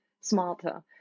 smarter